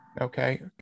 Okay